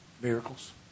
Miracles